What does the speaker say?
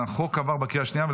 הצעת החוק עברה בקריאה השנייה.